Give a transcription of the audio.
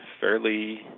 fairly